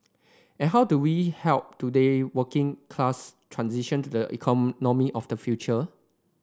and how do we help today working class transition to the economy of the future